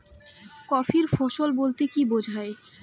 খারিফ ফসল বলতে কী বোঝায়?